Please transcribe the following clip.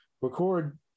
record